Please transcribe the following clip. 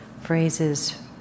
phrases